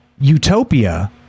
utopia